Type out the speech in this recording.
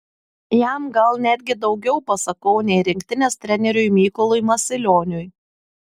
jam gal netgi daugiau pasakau nei rinktinės treneriui mykolui masilioniui